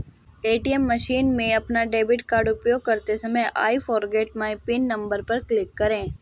ATM machine में अपना debit card उपयोग करते समय I forget my PIN number पर क्लिक करें